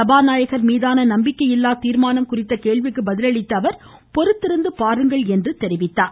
சபாநாயகர் மீதான நம்பிக்கை இல்லா தீர்மானம் குறித்த கேள்விக்கு பதில் அளித்த அவர் பொறுத்திருந்து பாருங்கள் என்றார்